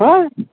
ہا